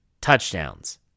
touchdowns